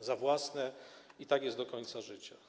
za własne, i tak jest do końca życia.